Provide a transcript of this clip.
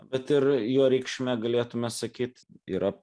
bet ir jo reikšmė galėtume sakyt yra